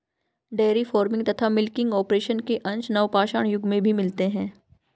dairy farming तथा milking operation के अंश नवपाषाण युग में भी मिलते हैं